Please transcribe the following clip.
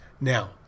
Now